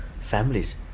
families